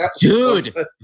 Dude